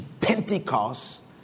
Pentecost